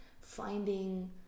finding